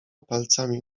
palcami